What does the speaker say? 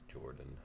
Jordan